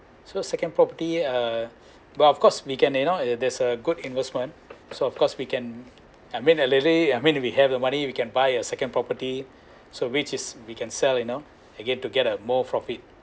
so second property uh but of course we can you know there's a good investment so of course we can I mean uh lately I mean if we have the money we can buy a second property so which is we can sell you know again to get the more profit